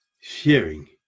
sharing